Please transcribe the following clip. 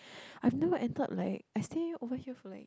I've never entered like I stay over here for like